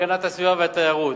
הגנת הסביבה והתיירות.